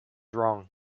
wrong